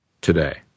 today